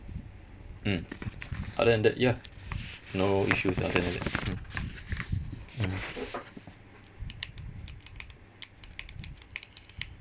mm other than that ya no issues other than that mm mm